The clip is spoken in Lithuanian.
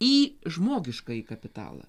į žmogiškąjį kapitalą